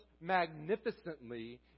magnificently